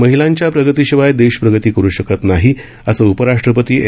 महिलांच्या प्रगतीशिवाय देश प्रगती करू शकत नाही असं उपराष्ट्रपती एम